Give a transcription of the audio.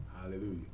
hallelujah